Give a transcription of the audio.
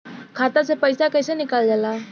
खाता से पैसा कइसे निकालल जाला?